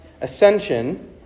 ascension